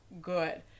good